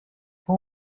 who